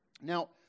Now